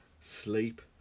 Sleep